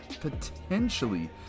potentially